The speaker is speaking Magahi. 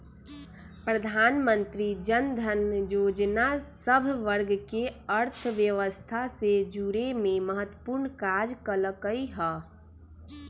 प्रधानमंत्री जनधन जोजना सभ वर्गके अर्थव्यवस्था से जुरेमें महत्वपूर्ण काज कल्कइ ह